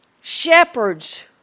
Shepherds